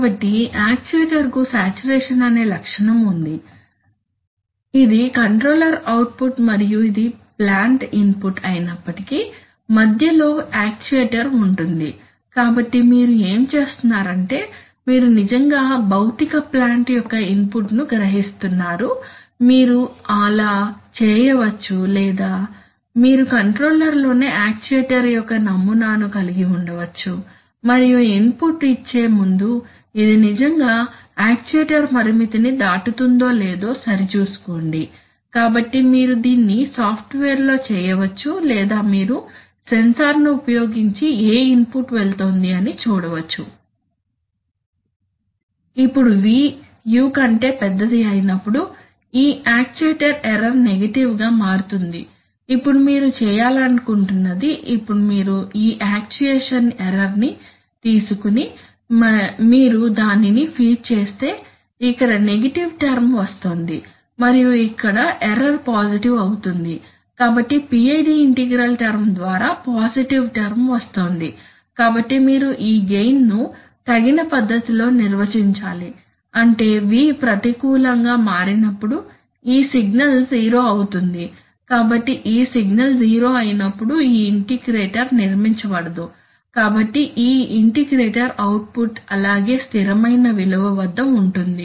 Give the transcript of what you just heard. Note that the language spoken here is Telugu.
కాబట్టి యాక్యుయేటర్కు సాచురేషన్ అనే లక్షణం ఉంది కాబట్టి ఇది కంట్రోలర్ అవుట్పుట్ మరియు ఇది ప్లాంట్ ఇన్పుట్ అయినప్పటికీ మధ్యలో యాక్చుయేటర్ ఉంటుంది కాబట్టి మీరు ఏమి చేస్తున్నారంటే మీరు నిజంగా భౌతిక ప్లాంట్ యొక్క ఇన్పుట్ను గ్రహిస్తున్నారు మీరు ఆలా చేయవచ్చు లేదా మీరు కంట్రోలర్లోనే యాక్యుయేటర్ యొక్క నమూనాను కలిగి ఉండవచ్చు మరియు ఇన్పుట్ ఇచ్చే ముందు ఇది నిజంగా యాక్యుయేటర్ పరిమితిని దాటుతుందో లేదో సరి చూసుకోండి కాబట్టి మీరు దీన్ని సాఫ్ట్వేర్లో చేయవచ్చు లేదా మీరు సెన్సార్ను ఉపయోగించి ఏ ఇన్పుట్ వెళ్తోంది అని చూడవచ్చు ఇప్పుడు v u కంటే పెద్దది అయినప్పుడు ఈ యాక్చుయేషన్ ఎర్రర్ నెగటివ్ గా మారుతుంది ఇప్పుడు మీరు చేయాలనుకుంటున్నది ఇప్పుడు మీరు ఈ యాక్చుయేషన్ ఎర్రర్ని తీసుకొని మీరు దానిని ఫీడ్ చేస్తే ఇక్కడ నెగటివ్ టర్మ్ వస్తోంది మరియు ఇక్కడ ఎర్రర్ పాజిటివ్ అవుతుంది కాబట్టి PID ఇంటిగ్రల్ టర్మ్ ద్వారా పాజిటివ్ టర్మ్ వస్తోంది కాబట్టి మీరు ఈ గెయిన్ ను తగిన పద్ధతిలో నిర్వచించాలి అంటే v ప్రతికూలంగా మారినప్పుడు ఈ సిగ్నల్ జీరో అవుతుంది కాబట్టి ఈ సిగ్నల్ జీరో అయినప్పుడు ఈ ఇంటిగ్రేటర్ నిర్మించబడదు కాబట్టి ఈ ఇంటిగ్రేటర్ అవుట్పుట్ అలాగే స్థిరమైన విలువ వద్ద ఉంటుంది